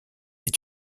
est